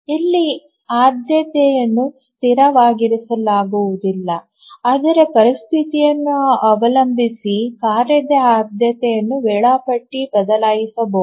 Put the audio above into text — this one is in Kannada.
ಇಲ್ಲಿ ಆದ್ಯತೆಯನ್ನು ಸ್ಥಿರವಾಗಿರಿಸಲಾಗುವುದಿಲ್ಲ ಆದರೆ ಪರಿಸ್ಥಿತಿಯನ್ನು ಅವಲಂಬಿಸಿ ಕಾರ್ಯದ ಆದ್ಯತೆಯನ್ನು ವೇಳಾಪಟ್ಟಿ ಬದಲಾಯಿಸಬಹುದು